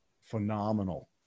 phenomenal